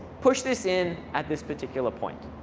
push this in at this particular point.